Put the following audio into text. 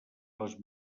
les